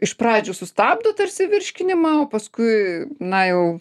iš pradžių sustabdo tarsi virškinimą o paskui na jau